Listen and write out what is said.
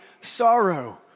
sorrow